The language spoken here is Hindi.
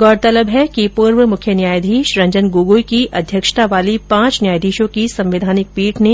गौरतलब है कि पूर्व मुख्य न्यायाधीश रंजन गोगोई की अध्यक्षता वाली पांच न्यायाधीशों की संवैधानिक पीठ ने